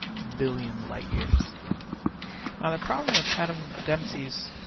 billion light-years. now, the problem with adam dempsey's